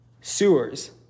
sewers